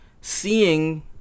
seeing